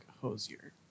hosier